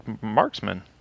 marksman